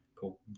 Cool